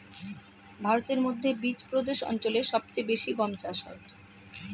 ভারতের মধ্যে বিচপ্রদেশ অঞ্চলে সব চেয়ে বেশি গম চাষ হয়